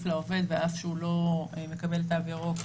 לעובד ועד שהוא לא מקבל בתנאי התו הירוק,